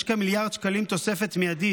בבקשה: יש כמיליארד שקלים תוספת מיידית,